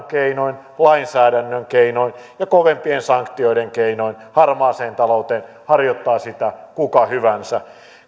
keinoin lainsäädännön keinoin ja kovempien sanktioiden keinoin harmaaseen talouteen harjoittaa sitä kuka hyvänsä